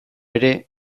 ere